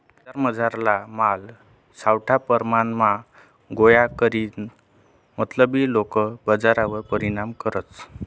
बजारमझारला माल सावठा परमाणमा गोया करीसन मतलबी लोके बजारवर परिणाम करतस